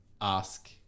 ask